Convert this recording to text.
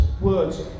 words